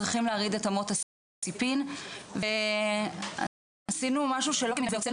שצריכים להרעיד את אמות הסיפים ועשינו משהו שלא כמנהגנו והוצאנו